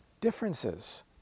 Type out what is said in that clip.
differences